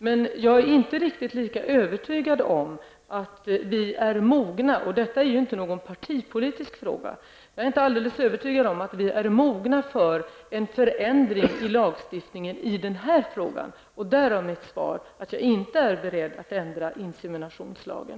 Jag är dock inte riktigt lika övertygad om att vi är mogna -- detta är ingen partipolitisk fråga -- för en förändring i lagstiftningen i den här frågan. Jag har därför svarat att jag inte är beredd att ändra inseminationslagen.